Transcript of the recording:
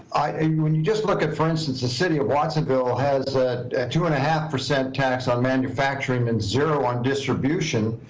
i, when you just look at, for instance, the city of watsonville has a two and a half percent tax on manufacturing and zero on distribution,